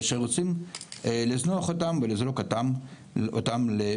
שרוצים לזנוח אותם ולזרוק אותם למלחמה,